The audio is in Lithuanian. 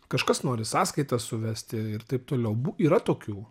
kažkas nori sąskaitas suvesti ir taip toliau yra tokių